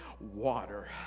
water